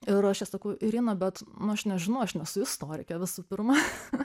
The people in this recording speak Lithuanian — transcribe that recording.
ir aš jai sakau irina bet nu aš nežinau aš nesu istorikė visų pirma